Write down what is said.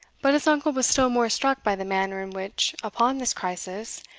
but his uncle was still more struck by the manner in which, upon this crisis,